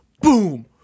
boom